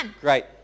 great